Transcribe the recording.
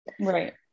right